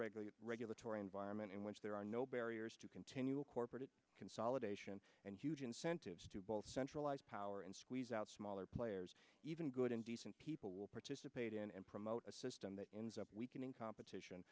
regular regulatory environment in which there are no barriers to continual corporate consolidation and huge incentives to both centralized power and squeeze out smaller players even good and decent people will participate in and promote a system that ends up weakening competition